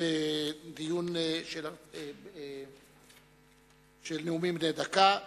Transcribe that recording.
בדיון של נאומים בני דקה.